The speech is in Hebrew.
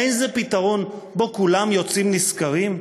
האין זה פתרון שבו כולם יוצאים נשכרים?